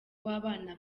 w’abana